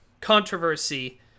controversy